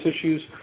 issues